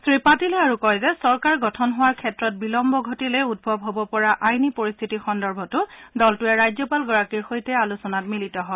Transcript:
শ্ৰী পাটিলে আৰু কয় যে চৰকাৰ গঠন হোৱাৰ ক্ষেত্ৰত বিলম্ব ঘটিলে উদ্ভৱ হ'ব পৰা আইনী পৰিস্থিতি সন্দৰ্ভতো দলটোৱে ৰাজ্যপালগৰাকীৰ সৈতে আলোচনাত মিলিত হয়